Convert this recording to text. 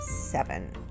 seven